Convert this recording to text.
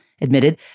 admitted